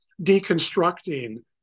deconstructing